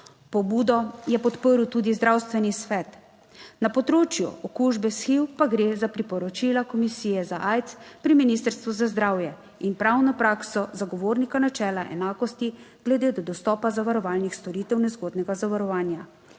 Pobudo je podprl tudi zdravstveni svet. Na področju okužbe s HIV pa gre za priporočila komisije za aids pri ministrstvu za zdravje in pravno prakso zagovornika načela enakosti glede dostopa zavarovalnih storitev nezgodnega zavarovanja.